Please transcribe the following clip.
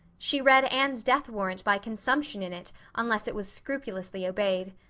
she read anne's death warrant by consumption in it unless it was scrupulously obeyed.